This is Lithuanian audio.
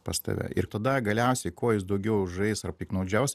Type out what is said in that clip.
pas tave ir tada galiausiai kuo jis daugiau žais ar piktnaudžiaus